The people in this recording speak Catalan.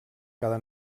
cada